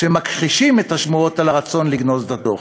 שמכחישים את השמועות על הרצון לגנוז את הדוח.